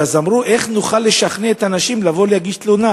ואז אמרו: איך נוכל לשכנע את הנשים לבוא להגיש תלונה,